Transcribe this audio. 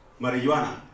marijuana